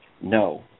No